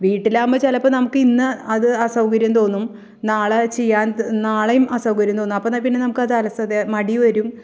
വീട്ടിലാവുമ്പോൾ ചിലപ്പോൾ നമുക്ക് ഇന്ന് അത് അസൗകര്യം തോന്നും നാളെ ചെയ്യാൻ നാളെയും അസൗകര്യം തോന്നും അപ്പോൾ പിന്നെ അത് നമുക്ക് അത് അലസത മടി വരും